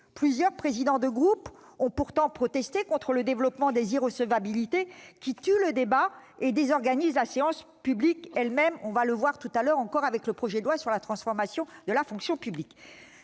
Plusieurs présidents de groupe ont pourtant protesté contre ce développement des irrecevabilités qui tue le débat et désorganise la séance publique elle-même, comme nous le verrons tout à l'heure lors de l'examen du projet de loi de transformation de la fonction publique.